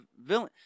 villain